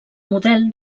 model